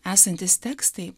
esantys tekstai